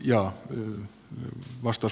arvoisa puhemies